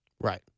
Right